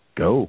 go